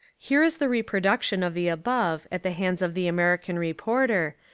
here is the reproduction of the above at the hands of the american reporter,